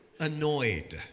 annoyed